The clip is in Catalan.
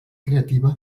creativa